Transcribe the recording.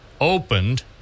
opened